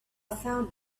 found